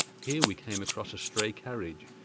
here we came across a stray carriage,